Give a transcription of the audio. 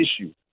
issue